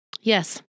Yes